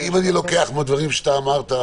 אם אני לוקח מהדברים שאמרת,